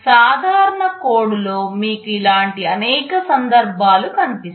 సాధారణ కోడ్లో మీకు ఇలాంటి అనేక సందర్భాలు కనిపిస్తాయి